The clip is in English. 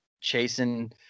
chasing